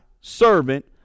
servant